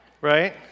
right